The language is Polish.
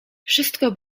wszystko